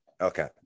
okay